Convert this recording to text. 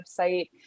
website